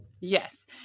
Yes